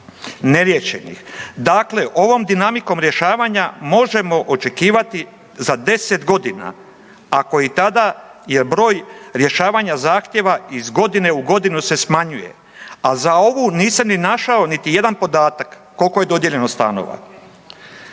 neriješenih. Dakle, ovom dinamikom rješavanja možemo očekivati za 10 godina ako i tada je broj rješavanja zahtjeva iz godine u godinu se smanjuje, a za ovu nisam našao niti jedan podatak koliko je dodijeljeno stanova.